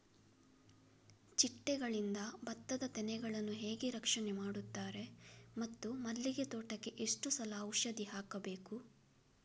ಚಿಟ್ಟೆಗಳಿಂದ ಭತ್ತದ ತೆನೆಗಳನ್ನು ಹೇಗೆ ರಕ್ಷಣೆ ಮಾಡುತ್ತಾರೆ ಮತ್ತು ಮಲ್ಲಿಗೆ ತೋಟಕ್ಕೆ ಎಷ್ಟು ಸಲ ಔಷಧಿ ಹಾಕಬೇಕು?